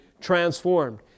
transformed